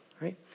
right